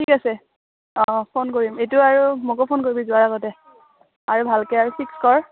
ঠিক আছে অঁ ফোন কৰিম এইটো আৰু মোকো ফোন কৰিবি যোৱাৰ আগতে আৰু ভালকৈ আৰু ফিক্স কৰ